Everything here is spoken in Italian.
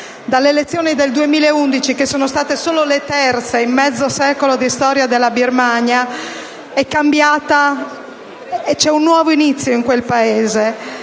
Dalle elezioni del 2011, che sono state solo le terze in mezzo secolo di storia della Birmania, questo Paese è cambiato e c'è un nuovo inizio. Si è